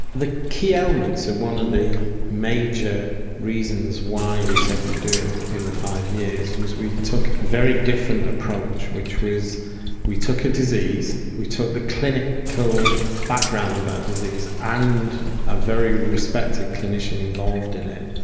the key elements and one of the major reasons why we said we'd do it in the five years was we took a very different approach which was we took a disease, we took the clinical background of that disease and a very respected clinician involved in it,